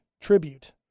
tribute